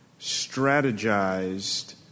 strategized